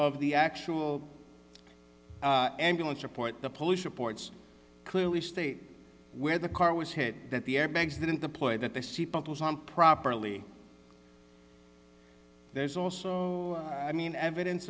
of the actual ambulance report the police reports clearly state where the car was hit that the airbags didn't deploy that they see problems on properly there's also i mean evidence